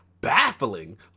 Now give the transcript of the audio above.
Baffling